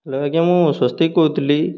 hello ଆଜ୍ଞା ମୁଁ ସ୍ଵସ୍ତିକ୍ କହୁଥିଲି